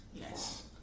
Yes